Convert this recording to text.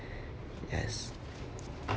yes